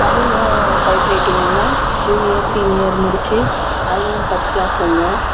தமிழ் டைப்ரைட்டிங்கில் junior senior முடித்து அதுலேயும் ஃபஸ்ட் கிளாஸ் வந்தேன்